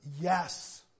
Yes